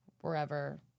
wherever